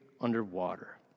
underwater